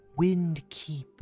Windkeep